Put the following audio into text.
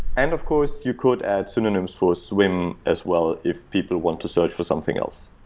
and of course, you could add synonyms for swim as well if people want to search for something else